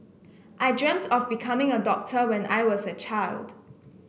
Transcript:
I dreamt of becoming a doctor when I was a child